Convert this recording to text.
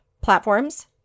platforms